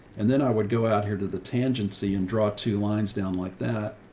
and then i would go out here to the tangency and draw two lines down like that.